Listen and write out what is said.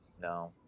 No